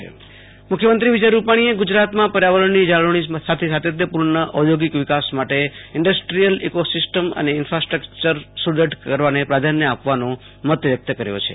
આશુતોષ અંતાણી મુખ્યમંત્રીઃ પર્યાવરણ જાળવણીઃ મુખ્યમંત્રી વિજય રૂપાણીએ ગુજરાતમાં પર્યાવરણની જાળવણી સાથે સાતત્યપૂર્ણ ઔદ્યોગિક વિકાસ માટે ઈન્ડસ્ટ્રિયલ ઈકોસિસ્ટમ અને ઈન્ફાસ્ટ્રકચર સુદ્રઢ કરવાને પ્રાધાન્ય આપવાનો મત વ્યક્ત કર્યો છે